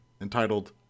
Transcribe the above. entitled